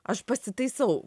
aš pasitaisau